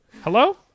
Hello